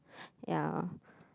ya